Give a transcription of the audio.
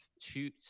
two